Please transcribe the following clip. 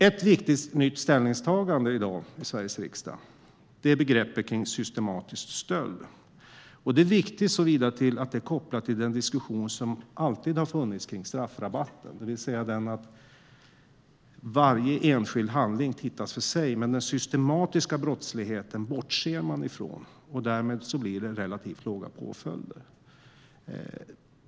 Ett viktigt nytt ställningstagande i Sveriges riksdag i dag gäller begreppet systematisk stöld. Det är viktigt såtillvida att det är kopplat till den diskussion som alltid har funnits om straffrabatter, det vill säga den om att man tittar på varje enskild handling för sig men bortser från den systematiska brottsligheten och att det därmed blir relativt låga påföljder.